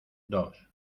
dos